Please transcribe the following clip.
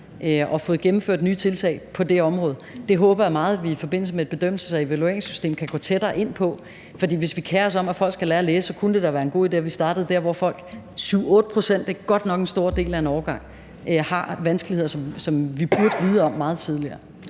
og fået gennemført nye tiltag på det område. Det håber jeg meget at vi i forbindelse med et bedømmelses- og evalueringssystem kan komme nærmere ind på, for hvis vi kerer os om, at folk skal lære at læse, så kunne det da være en god idé, at vi startede der, hvor folk har vanskeligheder, som vi burde vide om meget tidligere.